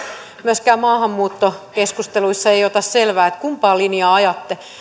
myöskään maahanmuuttokeskusteluissa ei ota selvää että kumpaa linjaa ajatte